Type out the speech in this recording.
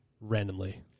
randomly